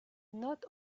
not